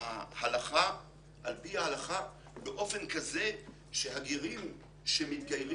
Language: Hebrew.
ההלכה באופן כזה שהגרים שמתגיירים,